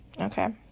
Okay